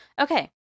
Okay